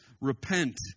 Repent